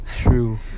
True